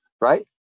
Right